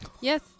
Yes